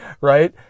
Right